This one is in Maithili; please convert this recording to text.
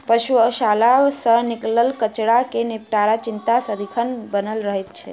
पशुशाला सॅ निकलल कचड़ा के निपटाराक चिंता सदिखन बनल रहैत छै